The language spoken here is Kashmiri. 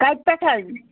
کَتہِ پٮ۪ٹھ حظ